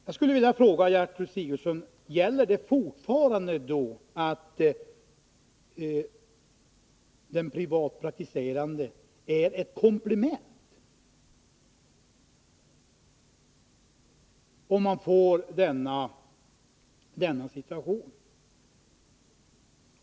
Jag skulle vilja fråga Gertrud Sigurdsen om den privatpraktiserande läkaren fortfarande anses som ett komplement i en sådan situation.